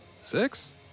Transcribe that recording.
six